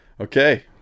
Okay